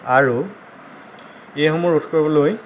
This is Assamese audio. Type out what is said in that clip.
আৰু এইসমূহ ৰোধ কৰিবলৈ